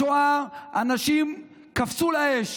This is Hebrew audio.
בשואה אנשים קפצו לאש